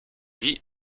vit